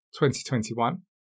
2021